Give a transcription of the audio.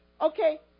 okay